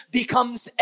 becomes